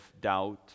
doubt